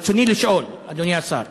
רצוני לשאול, אדוני השר: